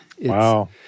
Wow